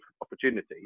opportunity